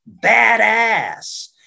badass